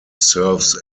serves